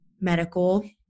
medical